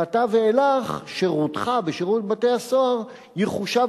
מעתה ואילך שירותך בשירות בתי-הסוהר יחושב